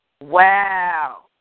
Wow